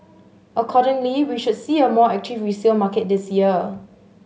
accordingly we should see a more resale market this year